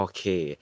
Okay